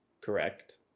Correct